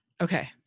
Okay